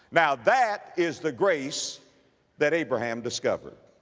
now that is the grace that abraham discovered.